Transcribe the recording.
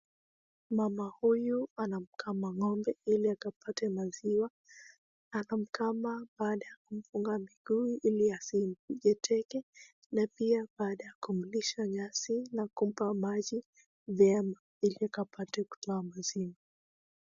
Mama huyu anamkama ng'ombe ili akapate maziwa na anamkama baada ya kumfuga miguu ili asimpige teke na pia baada ya kumlisha nyasi na kumpa maji vyema ili akapate kutoa maziwa.